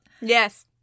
Yes